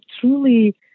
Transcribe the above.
truly